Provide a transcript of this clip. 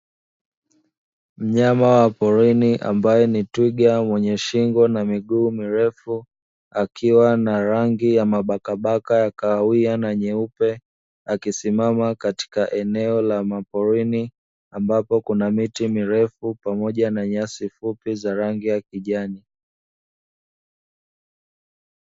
Mnyama wa porini ambaye ni twiga mwenye miguu mirefu, akiwa na rangi ya mabaka baka ya kahawia na nyeupe, akisimama katika eneo la maporini, ambapo kuna miti mirefu pamoja na nyasi fupi za rangi ya kijani.